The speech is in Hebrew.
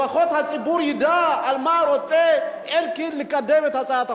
לפחות הציבור ידע על מה רוצה אלקין לקדם את הצעת החוק.